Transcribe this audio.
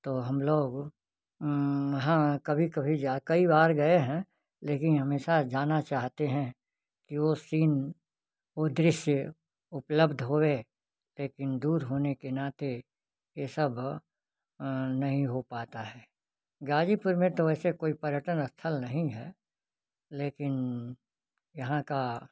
तो हम लोग हाँ कभी कभी कई बार गए हैं लेकिन हमेशा जाना चाहते हैं कि वो सीन वह दृश्य उपलब्ध हुए लेकिन दूर होने के नाते यह सब नहीं हो पाता है गाज़ीपुर में तो वैसे कोई पर्यटन स्थल नहीं है लेकिन यहाँ का